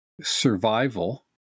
survival